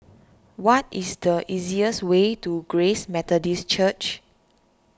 what is the easiest way to Grace Methodist Church